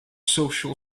social